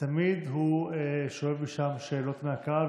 ותמיד הוא שואב משם שאלות מהקהל,